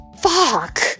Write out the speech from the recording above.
fuck